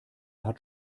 hat